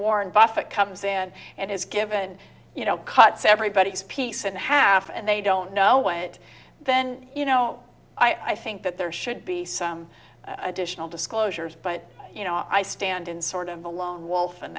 warren buffett comes in and has given you know cuts everybody's piece in half and they don't know when it then you know i think that there should be some additional disclosures but you know i stand in sort of a lone wolf and